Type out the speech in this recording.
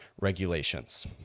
regulations